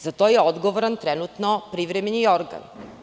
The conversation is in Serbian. Za to je odgovoran trenutno privremeni organ.